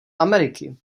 ameriky